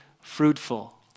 fruitful